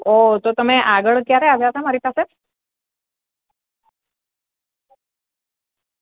ઓહ તો તમે આગળ ક્યારે આવ્યા હતા મારી પાસે